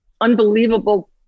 unbelievable